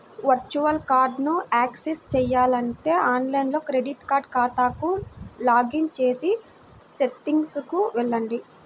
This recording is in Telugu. వర్చువల్ కార్డ్ని యాక్సెస్ చేయాలంటే ఆన్లైన్ క్రెడిట్ కార్డ్ ఖాతాకు లాగిన్ చేసి సెట్టింగ్లకు వెళ్లండి